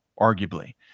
arguably